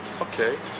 okay